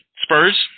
Spurs